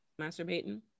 masturbating